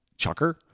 chucker